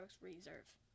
Reserve